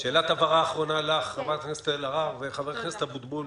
שאלת הבהרה אחרונה לחברת הכנסת אלהרר ולחבר הכנסת אבוטבול